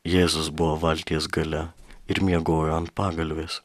jėzus buvo valties gale ir miegojo ant pagalvės